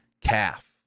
calf